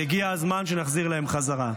והגיע הזמן שנחזיר להם חזרה.